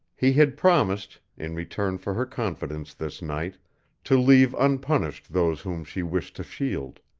he had promised in return for her confidence this night to leave unpunished those whom she wished to shield.